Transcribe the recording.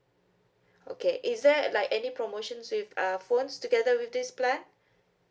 okay is there like any promotions with uh phones together with this plan